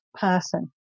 person